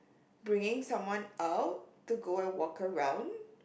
bringing someone out to go and walk around